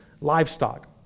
livestock